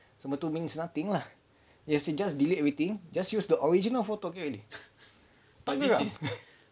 semua tu means nothing lah he say just delete everything just use the original photo can already